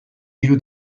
hiru